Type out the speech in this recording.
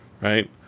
right